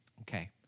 Okay